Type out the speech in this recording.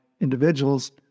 individuals